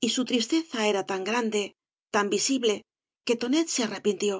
y su tristeza era tan grande tan visible que tonet se arrepintió